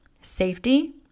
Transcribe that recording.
safety